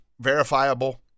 verifiable